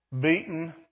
beaten